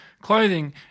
clothing